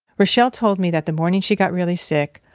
reshell told me that the morning she got really sick,